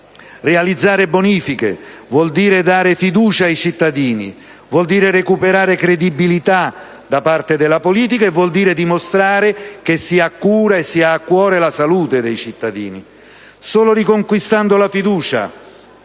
Realizzare bonifiche vuol dire dare fiducia ai cittadini, vuol dire recuperare credibilità da parte della politica e vuol dire dimostrare che si ha cura della salute dei cittadini e la si ha a cuore. Solo riconquistando la fiducia